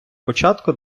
початку